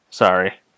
Sorry